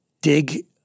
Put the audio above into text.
dig